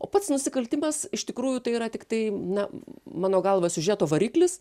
o pats nusikaltimas iš tikrųjų tai yra tiktai na mano galva siužeto variklis